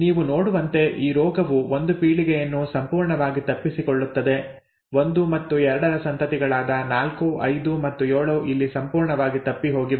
ನೀವು ನೋಡುವಂತೆ ಈ ರೋಗವು ಒಂದು ಪೀಳಿಗೆಯನ್ನು ಸಂಪೂರ್ಣವಾಗಿ ತಪ್ಪಿಸಿಕೊಳ್ಳುತ್ತದೆ 1 ಮತ್ತು 2ರ ಸಂತತಿಗಳಾದ 4 5 ಮತ್ತು 7 ಇಲ್ಲಿ ಸಂಪೂರ್ಣವಾಗಿ ತಪ್ಪಿಹೋಗಿವೆ